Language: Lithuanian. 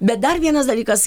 bet dar vienas dalykas